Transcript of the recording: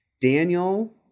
Daniel